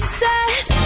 says